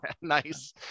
Nice